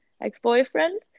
ex-boyfriend